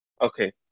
Okay